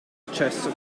accesso